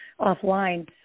offline